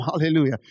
hallelujah